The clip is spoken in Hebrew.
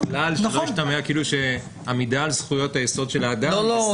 שלא ישתמע כאילו עמידה על זכויות היסוד של האדם --- לא.